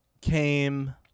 came